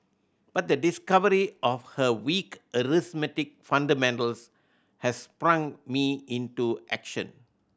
but the discovery of her weak arithmetic fundamentals has sprung me into action